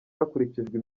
hakurikijwe